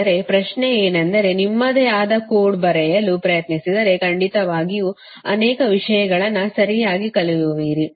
ಆದರೆ ಪ್ರಶ್ನೆ ಏನೆಂದರೆ ನಿಮ್ಮದೇ ಆದ ಕೋಡ್ ಬರೆಯಲು ಪ್ರಯತ್ನಿಸಿದರೆ ಖಂಡಿತವಾಗಿಯೂ ಅನೇಕ ವಿಷಯಗಳನ್ನು ಸರಿಯಾಗಿ ಕಲಿಯುವಿರಿ